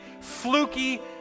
fluky